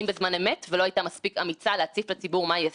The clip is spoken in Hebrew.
בהמשך לדבריו של חבר הכנסת קיש והדברים שנאמרו פה,